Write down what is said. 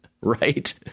right